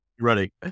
ready